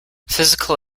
physical